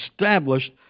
established